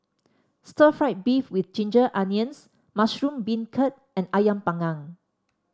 Stir Fried Beef with Ginger Onions Mushroom Beancurd and ayam panggang